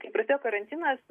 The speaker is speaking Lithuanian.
kai prasidėjo karantinas